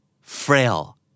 frail